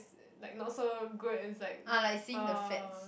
like not so good it's like oh